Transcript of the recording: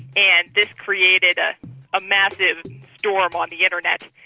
and this created ah a massive storm on the internet.